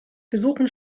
besuchen